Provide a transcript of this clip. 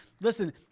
Listen